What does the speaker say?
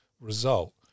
result